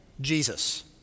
Jesus